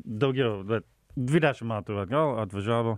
daugiau be dvidešim metų atgal atvažiavau